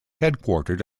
headquartered